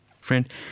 Friend